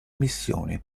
missione